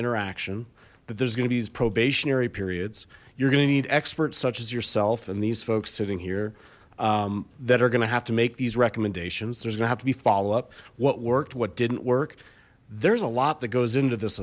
interaction but there's gonna be these probationary periods you're gonna need experts such as yourself and these folks sitting here that are gonna have to make these recommendations there's gonna have to be follow up what worked what didn't work there's a lot that goes into this